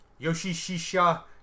Yoshishisha